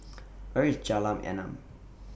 Where IS Jalan Enam